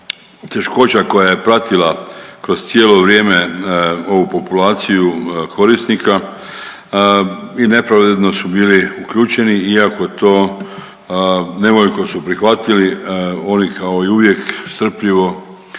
teškoća koja je pratila kroz cijelo vrijeme ovu populaciju korisnika i nepravedno su bili uključeni iako to nevoljko su prihvatili. Oni kao i uvijek strpljivo